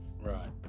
Right